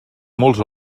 molts